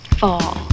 fall